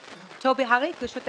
טובי הריס, בבקשה.